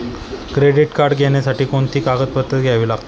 Credit card घेण्यासाठी कोणती कागदपत्रे घ्यावी लागतात?